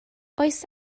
oes